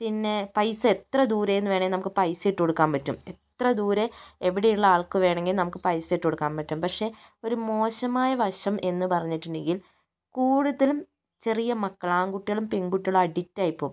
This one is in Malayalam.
പിന്നെ പൈസ എത്ര ദൂരെന്ന് വേണേലും നമുക്ക് പൈസ ഇട്ട് കൊടുക്കാൻ പറ്റും എത്ര ദൂരെ എവിടെ ഉള്ള ആൾക്ക് വേണമെങ്കിലും നമുക്ക് പൈസ ഇട്ടു കൊടുക്കാൻ പറ്റും പക്ഷെ ഒരു മോശമായ വശം എന്ന് പറഞ്ഞിട്ടുണ്ടെങ്കിൽ കൂടുതലും ചെറിയ മക്കൾ ആൺകുട്ടികളും പെൺകുട്ടികളും അഡിക്ട് ആയിപോകും